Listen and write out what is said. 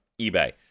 eBay